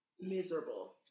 miserable